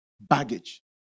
baggage